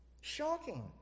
Shocking